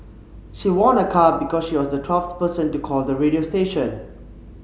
she won a car because she was the twelfth person to call the radio station